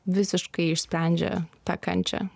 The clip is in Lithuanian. visiškai išsprendžia tą kančią